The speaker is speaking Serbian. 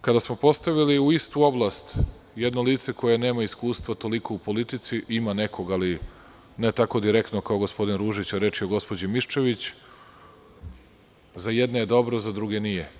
Kada smo postavili u istu oblast jedno lice koje nema iskustva toliko u politici, ima nekog, ali ne tako direktnog, kao gospodin Ružić, reč je o gospođi Miščević, za jedne je dobro, za druge nije.